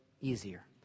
easier